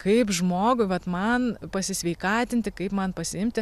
kaip žmogui vat man pasisveikatinti kaip man pasiimti